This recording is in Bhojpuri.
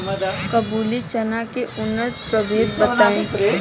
काबुली चना के उन्नत प्रभेद बताई?